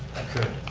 i could.